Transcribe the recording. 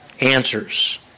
answers